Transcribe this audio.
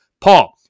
Paul